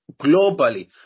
globally